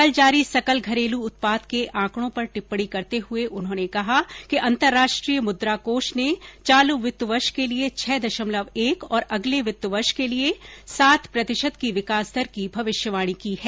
कल जारी सकल घरेलू उत्पाद के आकड़ों पर टिप्पणी करते हुए उन्होंने कहा कि अंतर्राष्ट्रीय मुद्रा कोष ने चालू वित्त वर्ष के लिए छह दशमलव एक और अगले वित्त वर्ष के लिए सात प्रतिशत की विकास दर को भविष्यवाणी की है